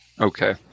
Okay